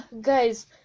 guys